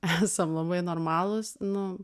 esam labai normalūs nu